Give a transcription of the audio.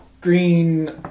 green